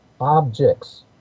objects